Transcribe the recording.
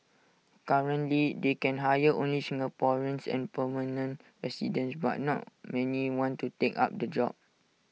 currently they can hire only Singaporeans and permanent residents but not many want to take up the job